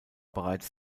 bereits